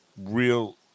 real